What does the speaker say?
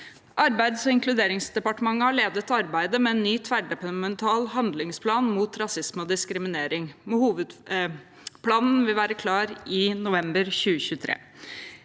Arbeids- og inkluderingsdepartementet har ledet arbeidet med en ny tverrdepartemental handlingsplan mot rasisme og diskriminering. Hovedplanen var klar i november 2023.